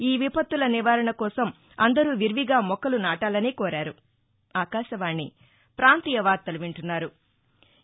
ఈ విపత్తుల నివారణ కోసం అందరూ విరివిగా మొక్కలు నాటాలని కోరారు